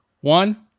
one